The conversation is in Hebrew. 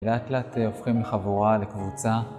לאט לאט הופכים לחבורה לקבוצה.